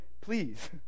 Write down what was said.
Please